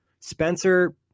Spencer